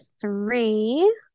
three